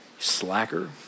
Slacker